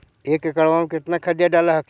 एक एकड़बा मे कितना खदिया डाल हखिन?